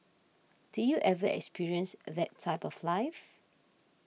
did you ever experience that type of life